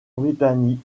britanniques